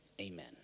amen